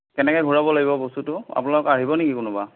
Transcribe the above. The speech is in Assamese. কেনেকে ঘূৰাব লাগিব বস্তুটো আপোনালোক আহিব নেকি কোনোবা